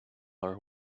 are